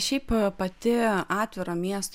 šiaip pati atviro miesto